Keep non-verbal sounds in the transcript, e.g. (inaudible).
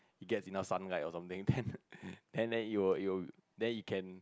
it get enough sunlight or something then (laughs) then then it will it will then it can